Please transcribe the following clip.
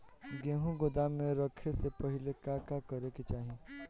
गेहु गोदाम मे रखे से पहिले का का करे के चाही?